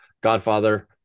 godfather